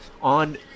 On